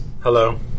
Hello